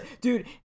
dude